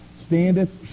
standeth